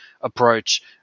approach